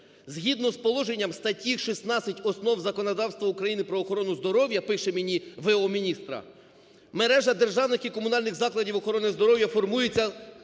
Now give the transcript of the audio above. "Згідно з положенням статті 16 "Основ законодавства України про охорону здоров'я", – пише мені в.о. міністра, – мережа державних і комунальних закладів охорони здоров'я формується,